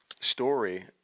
story